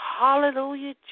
Hallelujah